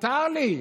מותר לי,